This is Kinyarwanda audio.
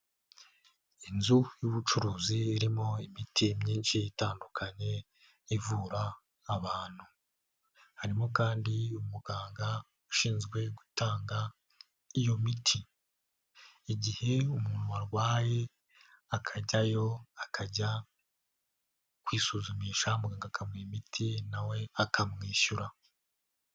Inzu y'ubucuruzi irimo imiti myinshi itandukanye ivura abantu. Harimo kandi umuganga ushinzwe gutanga iyo miti. Igihe umuntu arwaye akajyayo akajya kwisuzumisha muganga akamuha imiti nawe we akamwishyura.